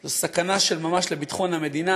זו סכנה של ממש לביטחון המדינה.